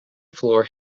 floor